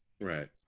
Right